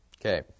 Okay